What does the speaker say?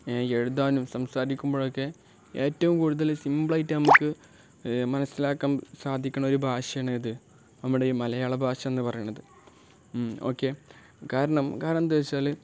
എഴുതാനും സംസാരിക്കുമ്പോഴൊക്കെ ഏറ്റവും കൂടുതൽ സിമ്പിളായിട്ട് നമുക്ക് മനസ്സിലാക്കാൻ സാധിക്കുന്ന ഒരു ഭാഷയാണേത് നമ്മുടെ ഈ മലയാള ഭാഷയെന്നു പറയുന്നത് ഓക്കെ കാരണം കാരണം എന്താ വെച്ചാൽ